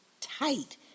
tight